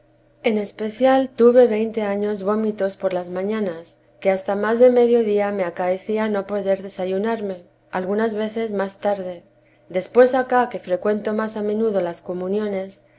en especial tuve veinte años vómitos por las mañanas que hasta más de medio día me acaecía no poder desayunarme algunas veces más tarde después acá que frecuento más a menudo las comuniones